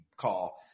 call